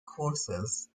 courses